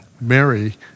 Mary